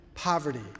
poverty